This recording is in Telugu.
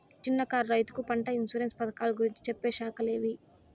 చిన్న కారు రైతుకు పంట ఇన్సూరెన్సు పథకాలు గురించి చెప్పే శాఖలు ఏవి?